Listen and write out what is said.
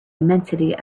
immensity